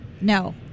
No